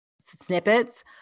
snippets